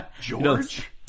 George